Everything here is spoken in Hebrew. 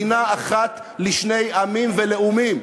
מדינה אחת לשני עמים ולאומים.